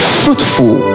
fruitful